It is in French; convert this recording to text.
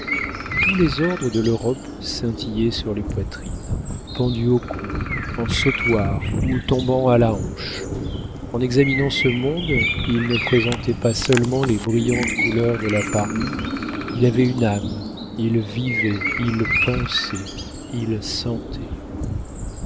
tous les ordres de l'europe scintillaient sur les poitrines pendus au cou en sautoir ou tombant à la hanche en examinant ce monde il ne présentait pas seulement les brillantes couleurs de la parure il avait une âme il vivait il pensait il sentait